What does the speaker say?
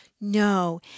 No